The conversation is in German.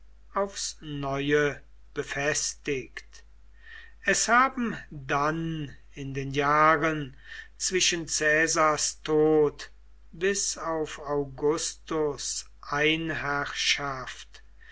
aufs neue befestigt es haben dann in den jahren zwischen caesars tod bis auf augustus